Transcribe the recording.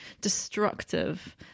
destructive